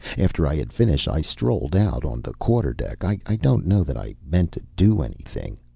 after i had finished i strolled out on the quarter-deck. i don't know that i meant to do anything.